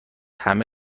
همه